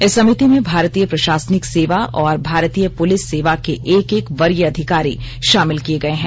इस समिति में भारतीय प्रशासनिक सेवा और भारतीय पुलिस सेवा के एक एक वरीय अधिकारी शामिल किए गए हैं